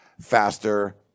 faster